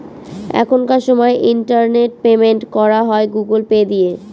এখনকার সময় internet payment করা হয় গুগুল পে দিয়ে